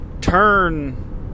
turn